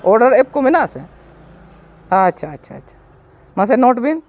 order app ᱠᱚ ᱢᱮᱱᱟᱜ ᱟᱥᱮ ᱟᱪᱪᱷᱟ ᱟᱪᱪᱷᱟ ᱢᱟᱥᱮ ᱱᱳᱴ ᱵᱤᱱ